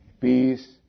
Peace